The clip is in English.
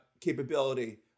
capability